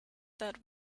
that